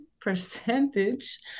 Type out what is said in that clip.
percentage